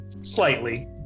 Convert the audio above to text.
slightly